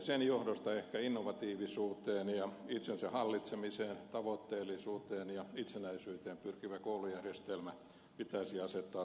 sen johdosta ehkä innovatiivisuuteen ja itsensä hallitsemiseen tavoitteellisuuteen ja itsenäisyyteen pyrkivä koulujärjestelmä pitäisi asettaa tavoitteeksi